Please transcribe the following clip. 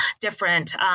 different